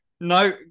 No